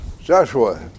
Joshua